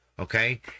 Okay